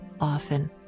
often